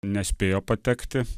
nespėjo patekti